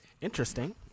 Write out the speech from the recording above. Interesting